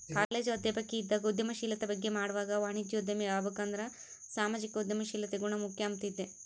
college ಅಧ್ಯಾಪಕಿ ಇದ್ದಾಗ ಉದ್ಯಮಶೀಲತೆ ಬಗ್ಗೆ ಮಾಡ್ವಾಗ ವಾಣಿಜ್ಯೋದ್ಯಮಿ ಆಬಕಂದ್ರ ಸಾಮಾಜಿಕ ಉದ್ಯಮಶೀಲತೆ ಗುಣ ಮುಖ್ಯ ಅಂಬ್ತಿದ್ದೆ